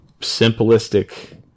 simplistic